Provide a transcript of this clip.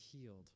healed